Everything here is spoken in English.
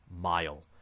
mile